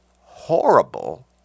horrible